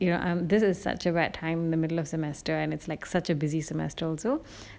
you know um this is such a bad time in the middle of semester and it's like such a busy semester also